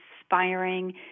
inspiring